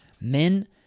Men